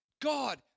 God